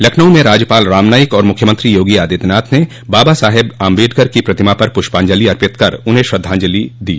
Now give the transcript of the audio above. लखनऊ में राज्यपाल राम नाईक और मुख्यमंत्री योगी आदित्यनाथ ने बाबा साहब आम्बेडकर की प्रतिमा पर प्रष्पांजलि अर्पित कर उन्हे श्रद्धांजलि दी